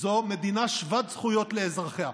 מדינה שוות זכויות לאזרחיה,